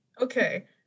okay